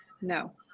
no